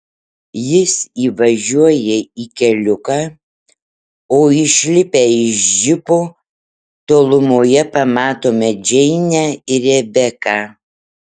jis įvažiuoja į keliuką o išlipę iš džipo tolumoje pamatome džeinę ir rebeką